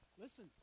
Listen